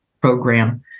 program